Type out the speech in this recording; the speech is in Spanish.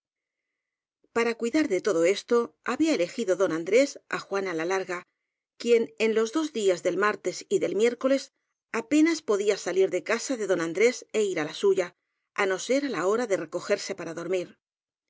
para cuidar de todo esto había elegido don an drés á juana la larga quien en los dos días del martes y del miércoles apenas podía salir de casa de don andrés é ir á la suya á no ser á la hora de recogerse para dormir